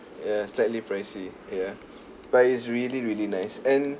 ya slightly pricey ya but it's really really nice and